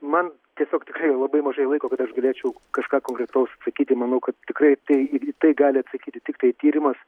man tiesiog tikrai labai mažai laiko kad aš galėčiau kažką konkretaus atsakyti manau kad tikrai tai tai gali atsakyti tiktai tyrimas